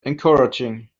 encouraging